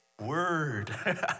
word